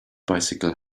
bicycle